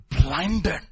blinded